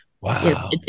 Wow